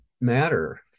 matter